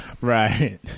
Right